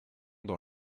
dans